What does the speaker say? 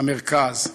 המרכז.